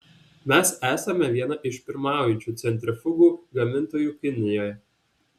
mes esame viena iš pirmaujančių centrifugų gamintojų kinijoje